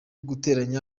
guteranya